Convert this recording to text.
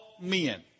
men